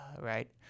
right